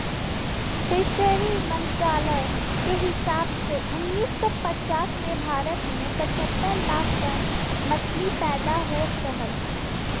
fishery मंत्रालय के हिसाब से उन्नीस सौ पचास में भारत में पचहत्तर लाख टन मछली पैदा होत रहल